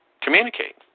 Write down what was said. communicate